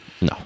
No